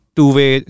two-way